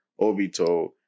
Obito